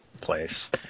place